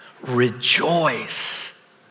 Rejoice